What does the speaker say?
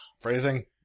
Phrasing